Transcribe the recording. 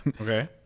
Okay